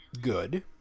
Good